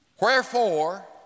Wherefore